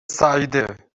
سعیده